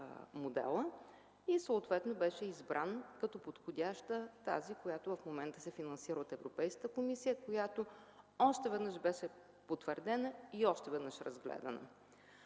модела. Съответно беше избрана като подходяща тази, която в момента се финансира от Европейската комисия, която още веднъж беше потвърдена и още веднъж разгледана.